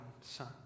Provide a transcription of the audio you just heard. son